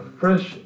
fresh